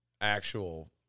actual